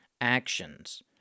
actions